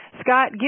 Scott